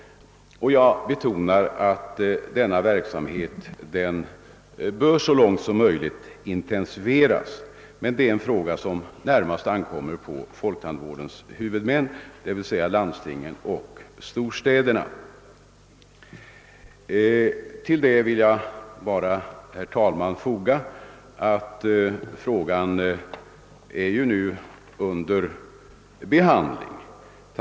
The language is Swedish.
Jag betonar att denna verksamhet så långt som möjligt bör intensifieras. Det är emellertid en uppgift som närmast ankommer på folktandvårdens huvudmän, d. v. s. landstingen och storstäderna. Till detta vill jag, herr talman, foga att frågan nu är under behandling.